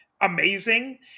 amazing